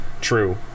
True